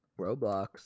Roblox